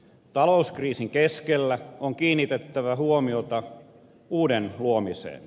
talouskriisin keskellä on kiinnitettävä huomiota uuden luomiseen